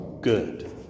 good